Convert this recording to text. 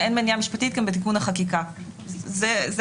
ואין מניעה משפטית גם בתיקון החקיקה.